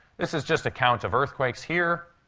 this is just a count of earthquakes here.